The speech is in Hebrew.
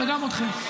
וגם אתכם.